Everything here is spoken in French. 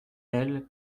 elle